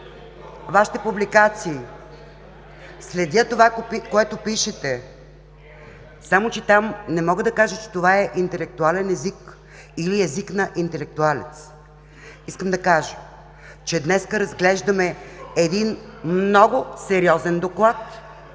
Вашите публикации, следя това, което пишете, само че там не мога да кажа, че това е интелектуален език или език на интелектуалец, искам да кажа, че днес разглеждаме един много сериозен Доклад